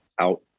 out